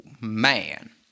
man